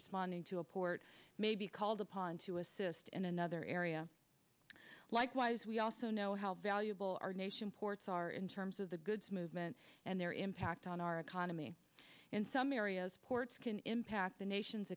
responding to a port may be called upon to assist in another area likewise we also know how valuable our nation ports are in terms of the goods movement and their impact on our economy in some areas ports can impact the nation's